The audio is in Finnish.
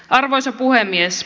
arvoisa puhemies